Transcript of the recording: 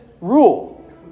rule